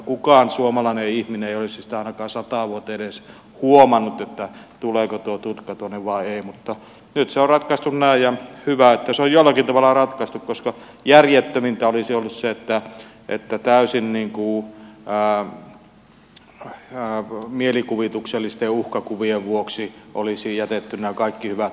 kukaan suomalainen ihminen ei olisi sitä ainakaan sataan vuoteen edes huomannut tuleeko tuo tutka tuonne vai ei mutta nyt se on ratkaistu näin ja hyvä että se on jollakin tavalla ratkaistu koska järjettömintä olisi ollut se että täysin mielikuvituksellisten uhkakuvien vuoksi olisi jätetty nämä kaikki hyvät hankkeet tekemättä